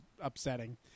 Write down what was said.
upsetting